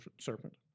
serpent